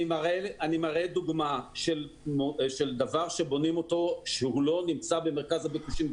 אני מראה דוגמא של דבר שבונים אותו והוא לא נמצא במרכז הביקושים.